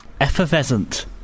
Effervescent